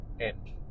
end